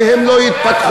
שהם לא יתפתחו.